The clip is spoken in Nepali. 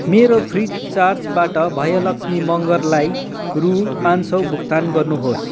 मेरो फ्रिचार्जबाट भयलक्षी मगरलाई रु पाँच सौ भुक्तान गर्नुहोस्